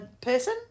person